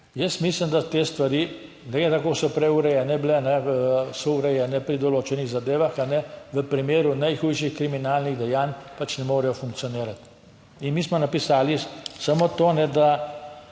bile v, ali so urejene pri določenih zadevah, v primeru najhujših kriminalnih dejanj pač ne morejo funkcionirati. In mi smo napisali samo to, da